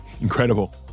incredible